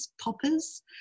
poppers